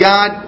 God